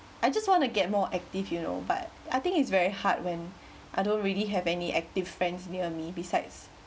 I just want to get more active you know but I think it's very hard when I don't really have any active friends near me besides